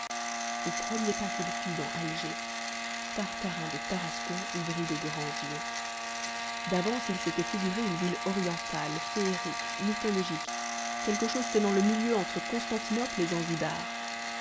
aux premiers pas qu'il fit dans alger tartarin de tarascon ouvrit de grands yeux d'avance il s'était figuré une ville orientale féerique mythologique quelque chose tenant le milieu entre constantinople et